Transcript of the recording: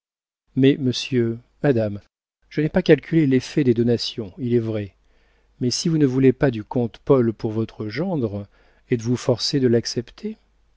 mais monsieur madame je n'ai pas calculé l'effet des donations il est vrai mais si vous ne voulez pas du comte paul pour votre gendre êtes-vous forcée de l'accepter